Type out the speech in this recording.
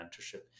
mentorship